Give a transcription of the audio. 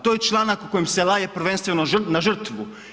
To je članak u kojem se laje prvenstveno na žrtvu.